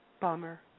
Bummer